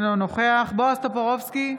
אינו נוכח בועז טופורובסקי,